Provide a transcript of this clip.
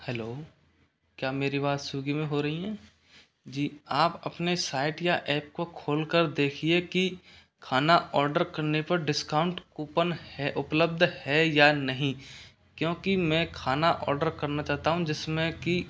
hello क्या मेरी बात स्विगी में हो रही है जी आप अपने साइट या एप को खोल कर देखिए कि खाना आर्डर करने पर डिस्काउंट कूपन है उपलब्ध है या नहीं क्योंकि मैं खाना ऑर्डर करना चाहता हूँ जिसमें कि